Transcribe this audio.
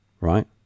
right